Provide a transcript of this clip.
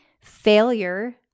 Failure